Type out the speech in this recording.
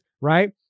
Right